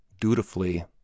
dutifully